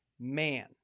man